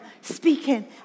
speaking